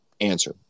answer